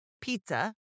pizza